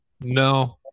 No